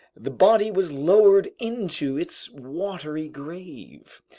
the body was lowered into its watery grave.